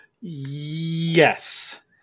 Yes